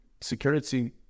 security